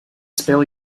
speel